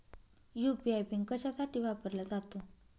UPI PIN कशासाठी वापरला जातो?